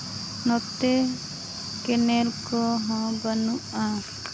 ᱱᱚᱛᱮ ᱠᱮᱱᱮᱞ ᱠᱚᱦᱚᱸ ᱵᱟᱹᱱᱩᱜᱼᱟ